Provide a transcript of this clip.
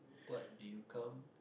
what do you come